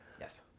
Yes